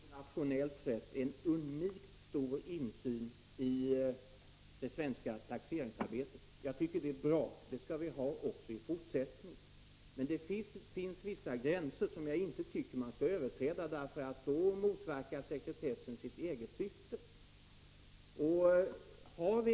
Herr talman! Vi har internationellt sett en unikt stor insyn i det svenska taxeringsarbetet. Det är bra. Det skall vi ha också i fortsättningen. Men det finns vissa gränser som jag inte tycker att man skall överträda, för då motverkar sekretessen sitt syfte.